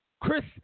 Chris